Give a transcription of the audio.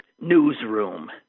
Newsroom